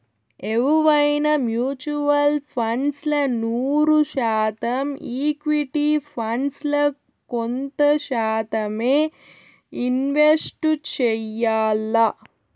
ఎవువైనా mutual funds ల నూరు శాతం ఈక్విటీ ఫండ్స్ ల కొంత శాతమ్మే ఇన్వెస్ట్ చెయ్యాల్ల